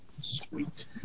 Sweet